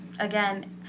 Again